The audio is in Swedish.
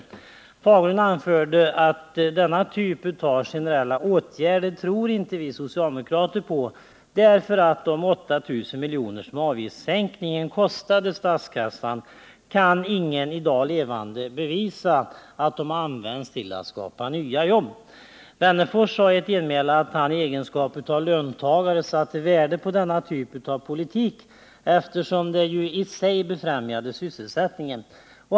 Bengt Fagerlund anförde att vi socialdemokrater inte tror på denna typ av generella åtgärder, därför att ingen nu levande kan bevisa att de 8 000 milj.kr. som avgiftssänkningen kostade statskassan har använts för att skapa nya jobb. Alf Wennerfors sade i ett genmäle att han i egenskap av löntagare satte värde på denna typ av politik, eftersom den ju i sig befrämjade sysselsättningen.